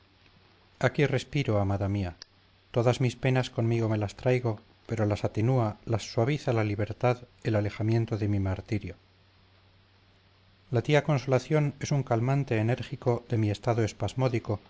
septiembre aquí respiro amada mía todas mis penas conmigo me las traigo pero las atenúa las suaviza la libertad el alejamiento de mi martirio la tía consolación es un calmante enérgico de mi estado